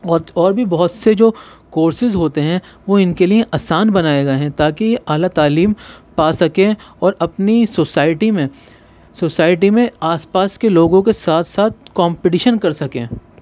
اور اور بھی بہت سے جو کورسیز ہوتے ہیں وہ ان کے لئے آسان بنائے گئے ہیں تاکہ اعلیٰ تعلیم پا سکیں اور اپنی سوسائٹی میں سوسائٹی میں آس پاس کے لوگوں کے ساتھ ساتھ کمپٹیشن کر سکیں